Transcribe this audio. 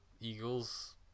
eagles